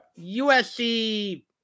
USC